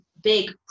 big